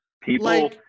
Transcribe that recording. people